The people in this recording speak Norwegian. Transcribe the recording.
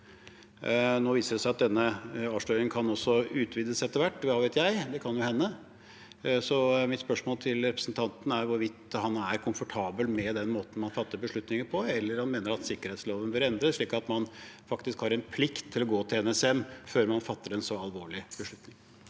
Nå viser det seg at denne avsløringen etter hvert kan utvides – hva vet jeg, det kan jo hende. Mitt spørsmål til representanten er hvorvidt han er komfortabel med den måten man fatter beslutninger på, eller om han mener sikkerhetsloven bør endres, slik at man faktisk har en plikt til å gå til NSM før man fatter en så alvorlig beslutning?